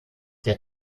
der